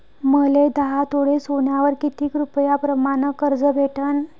मले दहा तोळे सोन्यावर कितीक रुपया प्रमाण कर्ज भेटन?